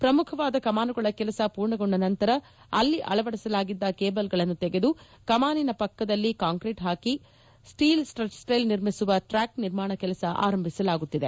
ಪ್ರಮುಖವಾದ ಕಮಾನುಗಳ ಕೆಲಸ ಪೂರ್ಣಗೊಂಡ ನಂತರ ಅಲ್ಲಿ ಅಳವಡಿಸಲಾಗಿದ್ದ ಕೇಬಲ್ ಗಳನ್ನು ತೆಗೆದು ಕಮಾನಿನ ಪಕ್ಕದಲ್ಲಿ ಕಾಂಕ್ರಿಟ್ ಹಾಕಿ ಸ್ವೀಲ್ ಸ್ಟರ್ಸೆಲ್ ನಿರ್ಮಿಸುವ ಟ್ರಾ ್ಯಕ್ ನಿರ್ಮಾಣ ಕೆಲಸ ಆರಂಭಿಸಲಾಗುತ್ತಿದೆ